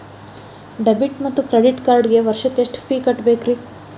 Debit ಮತ್ತು credit ಕಾರ್ಡ್ಗೆ ವರ್ಷಕ್ಕ ಎಷ್ಟ ಫೇ ಕಟ್ಟಬೇಕ್ರಿ?